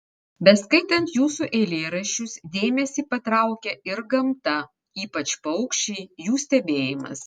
beskaitant jūsų eilėraščius dėmesį patraukia ir gamta ypač paukščiai jų stebėjimas